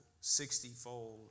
sixtyfold